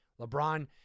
LeBron